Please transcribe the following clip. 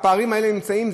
הפערים האלה נמצאים,